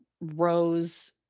Rose